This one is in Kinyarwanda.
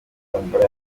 tombora